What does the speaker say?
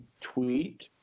tweet